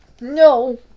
No